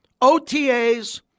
OTAs